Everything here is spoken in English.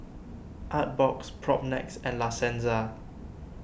Artbox Propnex and La Senza